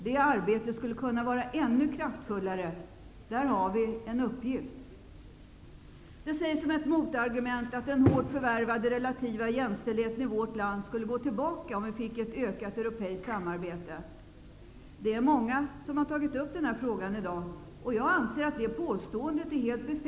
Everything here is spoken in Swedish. Det arbetet skulle kunna vara ännu kraftfullare. Där har vi en uppgift. Det sägs som ett motargument att den hårt förvärvade relativa jämställdheten i vårt land skulle gå tillbaka om vi fick ett ökat europeiskt samarbete. Många har i dag tagit upp den frågan. Jag anser att det påståendet är helt befängt.